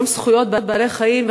יום זכויות בעלי-החיים,